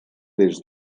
des